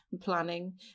planning